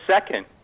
second